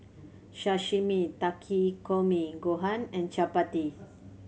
Sashimi Takikomi Gohan and Chapati